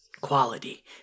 quality